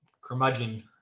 curmudgeon